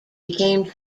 became